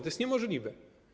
To jest niemożliwe.